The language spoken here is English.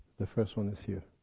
the first one is here.